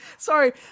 Sorry